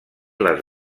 les